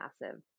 massive